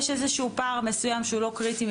הוא חושב שהחידוד הזה מיותר,